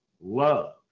love